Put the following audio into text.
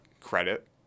credit